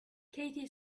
katie